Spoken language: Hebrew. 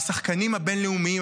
השחקנים הבין-לאומיים,